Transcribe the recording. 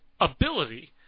ability